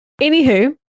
Anywho